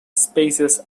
spaces